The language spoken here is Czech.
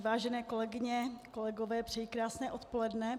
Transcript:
Vážené kolegyně, kolegové, přeji krásné odpoledne.